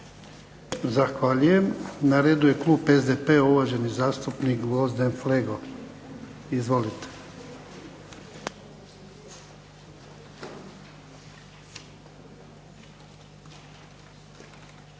Zahvaljujem. Na redu je klub SDP-a, uvaženi zastupnik Gvozden Flego. Izvolite.